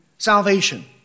salvation